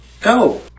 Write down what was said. go